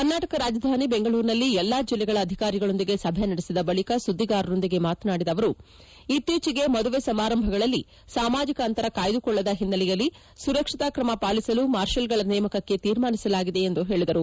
ಕರ್ನಾಟಕ ರಾಜಧಾನಿ ಬೆಂಗಳೂರಿನಲ್ಲಿ ಎಲ್ಲ ಜಿಲ್ಲೆಗಳ ಅಧಿಕಾರಿಗಳೊಂದಿಗೆ ಸಭೆ ನಡೆಸಿದ ಬಳಿಕ ಸುದ್ದಿಗಾರೊಂದಿಗೆ ಮಾತನಾಡಿದ ಅವರು ಇತ್ತೀಚೆಗೆ ಮದುವೆ ಸಮಾರಂಭಗಳಲ್ಲಿ ಸಾಮಾಜಿಕ ಅಂತರ ಕಾಯ್ದುಕೊಳ್ಳದ ಹಿನ್ನೆಲೆಯಲ್ಲಿ ಸುರಕ್ಷತಾ ಕ್ರಮ ಪಾಲಿಸಲು ಮಾರ್ಷಲ್ಗಳ ನೇಮಕಕ್ಕೆ ತೀರ್ಮಾನಿಸಲಾಗಿದೆ ಎಂದು ಹೇಳಿದರು